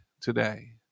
today